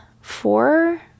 four